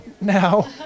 Now